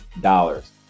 dollars